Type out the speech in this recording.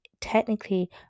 technically